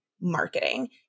marketing